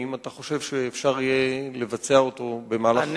האם אתה חושב שאפשר יהיה לבצע אותו בחודשים הקרובים?